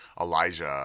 Elijah